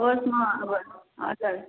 हजुर